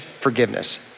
forgiveness